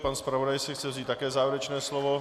Pan zpravodaj si chce vzít také závěrečné slovo.